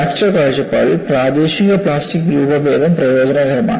fracture കാഴ്ചപ്പാടിൽ പ്രാദേശിക plastic രൂപഭേദം പ്രയോജനകരമാണ്